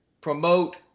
promote